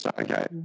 okay